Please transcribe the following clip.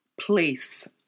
place